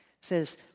says